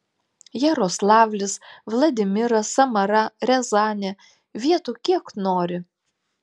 jaroslavlis vladimiras samara riazanė vietų kiek nori